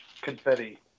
Confetti